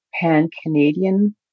pan-canadian